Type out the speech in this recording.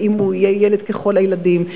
האם הוא יהיה ילד ככל הילדים?